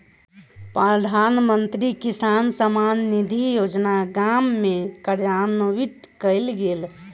प्रधानमंत्री किसान सम्मान निधि योजना गाम में कार्यान्वित कयल गेल